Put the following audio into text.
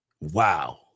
Wow